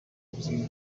ubuzima